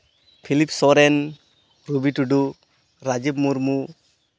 Philip Soren Robi Tudu Rajib Murmu